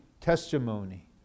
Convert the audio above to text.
testimony